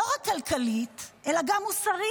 לא רק כלכלית אלא גם מוסרית.